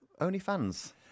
OnlyFans